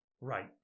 Right